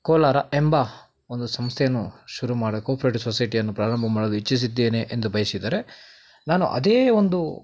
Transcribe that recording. ಕೋಲಾರ ಎಂಬ ಒಂದು ಸಂಸ್ಥೆಯನ್ನು ಶುರು ಮಾಡೋ ಕೋಆಪ್ರೇಟಿವ್ ಸೊಸೈಟಿಯನ್ನು ಪ್ರಾರಂಭ ಮಾಡಲು ಇಚ್ಛಿಸಿದ್ದೇನೆ ಎಂದು ಬಯಸಿದರೆ ನಾನು ಅದೇ ಒಂದು